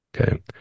Okay